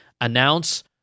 announce